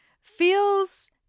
feels